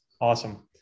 Awesome